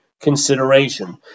consideration